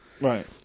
Right